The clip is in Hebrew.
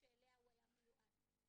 שאליה הוא היה מיועד.